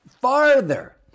farther